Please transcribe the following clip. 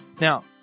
Now